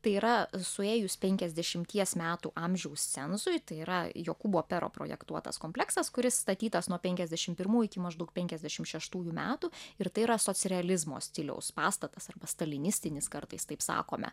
tai yra suėjus penkiasdešimties metų amžiaus cenzui tai yra jokūbo pero projektuotas kompleksas kuris statytas nuo penkiadešim pirmų iki maždaug penkiasdešim šeštųjų metų ir tai yra socrealizmo stiliaus pastatas arba stalinistinis kartais taip sakome